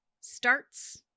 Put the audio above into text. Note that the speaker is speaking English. starts